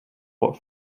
what